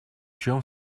чем